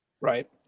right